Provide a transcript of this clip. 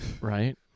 Right